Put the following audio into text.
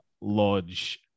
Lodge